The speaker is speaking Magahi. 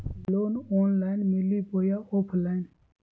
लोन ऑनलाइन मिली बोया ऑफलाइन?